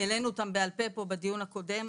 העלינו אותן בעל פה פה בדיון הקודם.